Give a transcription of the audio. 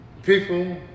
People